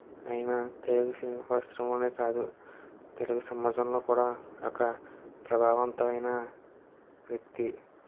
ఆయన తెలుగు సినీ పరిశ్రమలే కాదు తెలుగు సమాజంలో కూడా అక్కడ ప్రభావంతమైన వ్యక్తి